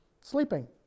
Sleeping